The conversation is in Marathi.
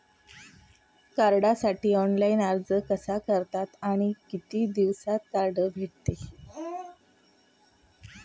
कार्डसाठी ऑनलाइन अर्ज कसा करतात आणि किती दिवसांत कार्ड भेटते?